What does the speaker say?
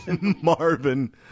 Marvin